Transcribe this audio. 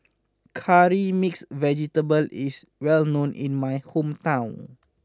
Curry Mixed Vegetable is well known in my hometown